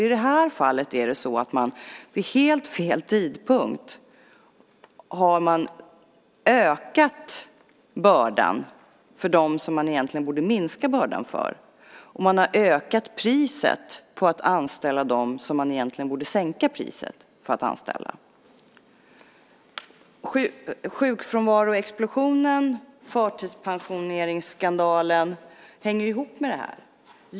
I det här fallet har man vid helt fel tidpunkt ökat bördan för dem som man egentligen borde minska bördan för. Man har ökat priset för att anställa när man egentligen borde sänka priset för att anställa. Sjukfrånvaroexplosionen och förtidspensioneringsskandalen hänger ihop.